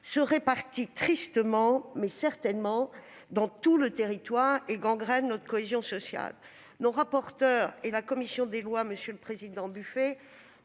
se répartit tristement, mais certainement, dans tout le territoire et gangrène notre cohésion sociale. Nos rapporteurs, et la commission des lois, monsieur le président Buffet,